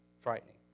Frightening